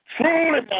truly